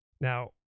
Now